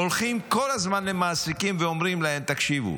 הולכים כל הזמן למעסיקים ואומרים להם: תקשיבו,